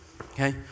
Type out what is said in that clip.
okay